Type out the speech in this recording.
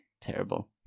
Terrible